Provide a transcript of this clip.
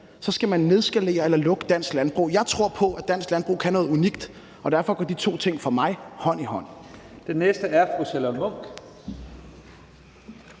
skal man nedskalere eller lukke dansk landbrug. Jeg tror på, at dansk landbrug kan noget unikt, og derfor går de to ting for mig hånd i hånd.